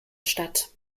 statt